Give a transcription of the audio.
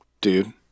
Dude